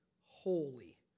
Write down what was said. holy